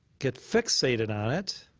get fixated on it